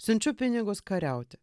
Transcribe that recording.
siunčiu pinigus kariauti